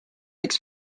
üks